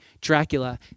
Dracula